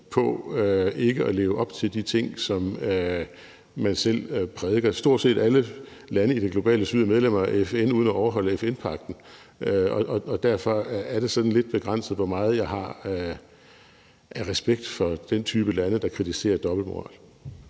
på ikke at leve op til de ting, som man selv prædiker. Stort set alle lande i det globale syd er medlemmer af FN uden at overholde FN-pagten, og derfor er det sådan lidt begrænset, hvor meget respekt jeg har for den type lande, der kritiserer dobbeltmoral.